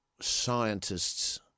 scientists